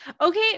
Okay